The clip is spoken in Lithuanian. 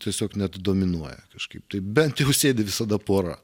tiesiog net dominuoja kažkaip tai bent jau sėdi visada pora